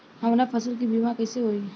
हमरा फसल के बीमा कैसे होई?